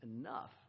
enough